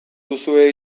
duzue